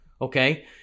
okay